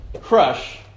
crush